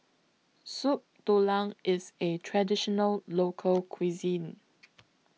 Soup Tulang IS A Traditional Local Cuisine